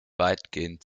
weitgehend